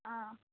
ആ